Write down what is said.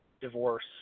divorce